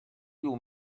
you